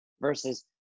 versus